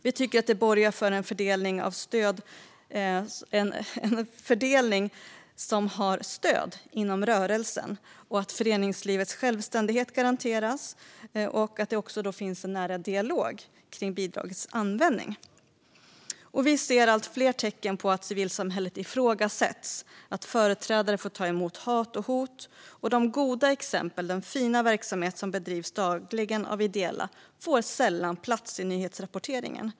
Vi tycker att det borgar för en fördelning som har stöd inom rörelsen, för att föreningslivets självständighet garanteras och för att det finns en nära dialog kring bidragets användning. Vi ser allt fler tecken på att civilsamhället ifrågasätts. Företrädare får ta emot hat och hot, och de goda exemplen - den fina verksamhet som bedrivs dagligen av ideella - får sällan plats i nyhetsrapporteringen.